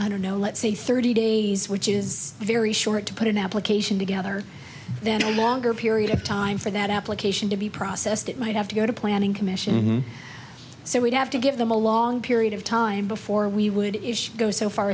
i don't know let's say thirty days which is very short to put an application together then a longer period of time for that application to be processed it might have to go to planning commission so we'd have to give them a long period of time before we would go so far